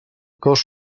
cost